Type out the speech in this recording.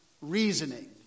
reasoning